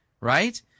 right